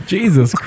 Jesus